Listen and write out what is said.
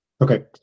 Okay